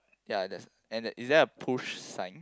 ya there is and is there a push sign